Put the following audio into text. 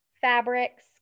fabrics